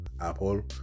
Apple